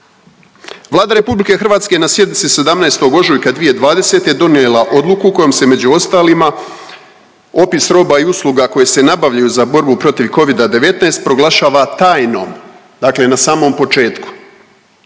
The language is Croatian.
Vlada RH je na sjednici 17. ožujka 2020. donijela odluku kojom se među ostalima opis roba i usluga koje se nabavljaju za borbu protiv covida-19 proglašava tajnom, dakle na samom početku.